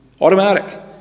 Automatic